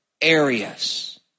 areas